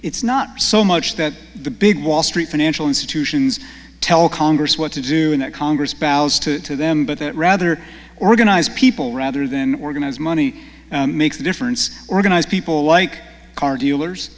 it's not so much that the big wall street financial institutions tell congress what to do in that congress pals to them but rather organize people rather than organize money makes a difference organize people like car dealers